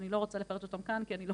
ואני לא רוצה לפרט אותן כאן כי אני לא